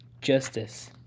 justice